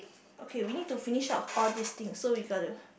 okay we need to finish up all these thing so we got to